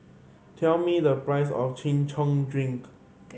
tell me the price of Chin Chow drink